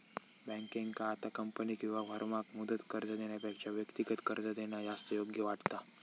बँकेंका आता कंपनी किंवा फर्माक मुदत कर्ज देण्यापेक्षा व्यक्तिगत कर्ज देणा जास्त योग्य वाटता